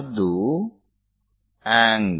ಅದು ∠QP